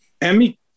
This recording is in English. Emmy